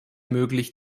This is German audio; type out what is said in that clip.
möglich